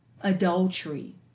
adultery